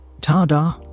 Ta-da